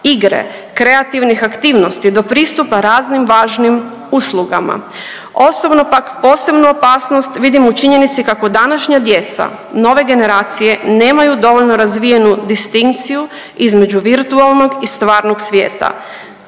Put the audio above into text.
igre, kreativnih aktivnosti do pristupa raznim važnim uslugama. Osobno pak posebnu opasnost vidim u činjeni kako današnja djeca, nove generacije nemaju dovoljnu razvijenu distinkciju između virtualnog i stvarnog svijeta.